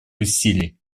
усилий